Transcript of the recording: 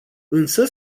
însă